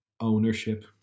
Ownership